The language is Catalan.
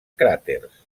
cràters